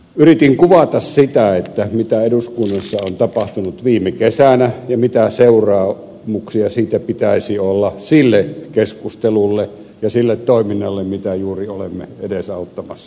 yritin kuvata sitä mitä eduskunnassa on tapahtunut viime kesänä ja mitä seuraamuksia siitä pitäisi olla sille keskustelulle ja sille toiminnalle jota juuri olemme edesauttamassa